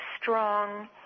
strong